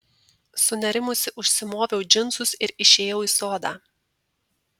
sunerimusi užsimoviau džinsus ir išėjau į sodą